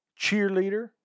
cheerleader